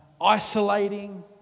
isolating